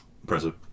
impressive